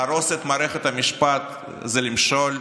להרוס את מערכת המשפט זה למשול?